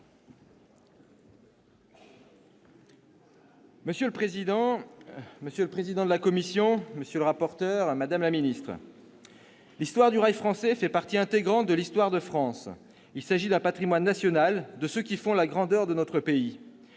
madame la ministre, monsieur le président de la commission, monsieur le rapporteur, chers collègues, l'histoire du rail français fait partie intégrante de l'histoire de France. Il s'agit d'un patrimoine national, de ceux qui font la grandeur de notre pays,